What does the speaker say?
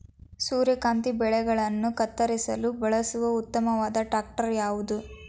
ಸೂರ್ಯಕಾಂತಿ ಬೆಳೆಗಳನ್ನು ಕತ್ತರಿಸಲು ಬಳಸುವ ಉತ್ತಮವಾದ ಟ್ರಾಕ್ಟರ್ ಯಾವುದು?